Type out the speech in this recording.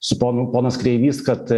su ponu ponas kreivys kad